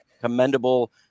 commendable